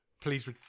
please